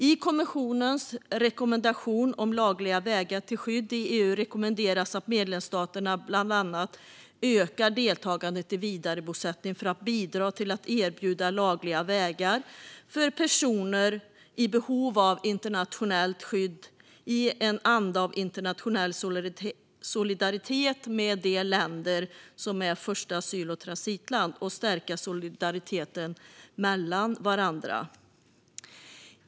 I kommissionens rekommendation om lagliga vägar till skydd i EU rekommenderas att medlemsstaterna bland annat ökar deltagandet i vidarebosättning för att bidra till att erbjuda lagliga vägar för personer i behov av internationellt skydd i en anda av internationell solidaritet med de länder som är första asyl eller transitland och stärka solidariteten mellan varandra.